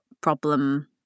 problem